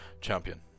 champion